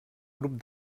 grup